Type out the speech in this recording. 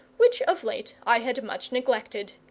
which of late i had much neglected.